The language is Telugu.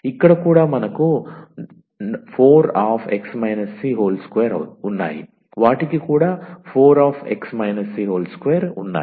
ఇక్కడ కూడా మనకు 4𝑥 − 𝑐2 ఉన్నాయి వాటికి కూడా 4𝑥 − 𝑐2 ఉన్నాయి